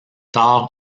tard